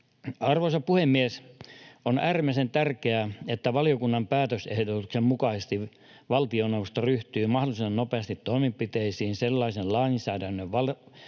Arvoisa puhemies! On äärimmäisen tärkeää, että valiokunnan päätösehdotuksen mukaisesti valtioneuvosto ryhtyy mahdollisimman nopeasti toimenpiteisiin sellaisen lainsäädännön valmistelemiseksi,